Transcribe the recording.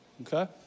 Okay